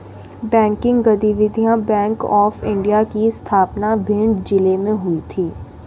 banking गतिविधियां Bank of India की स्थापना भिंड जिले में हुई थी